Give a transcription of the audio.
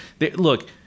look